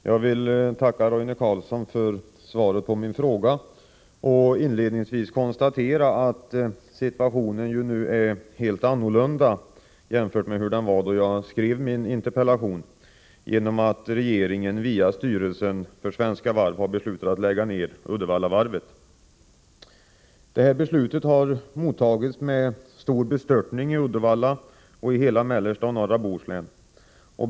Fru talman! Jag vill tacka Roine Carlsson för svaret på min interpellation och inledningsvis konstatera, att situationen nu är helt annorlunda jämfört med hur den var då jag skrev min interpellation, genom att regeringen via styrelsen för Svenska Varv nu har beslutat att lägga ned Uddevallavarvet. Beslutet har emottagits med stor bestörtning i Uddevalla och i hela mellersta och norra Bohuslän.